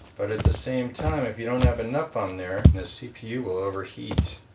but at the same time if you don't have enough on there the cpu will overheat